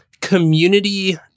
community